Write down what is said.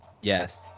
Yes